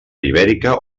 ibèrica